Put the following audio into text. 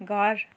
घर